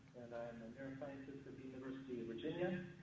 am a neuroscientist at the university of virginia.